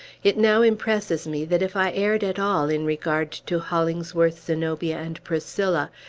it now impresses me that, if i erred at all in regard to hollingsworth, zenobia, and priscilla,